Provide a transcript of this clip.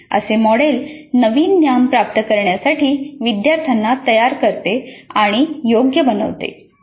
असे मॉडेल नवीन ज्ञान प्राप्त करण्यासाठी विद्यार्थ्यांना तयार करते आणि योग्य बनवते